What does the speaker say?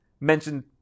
mentioned